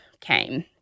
came